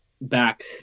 back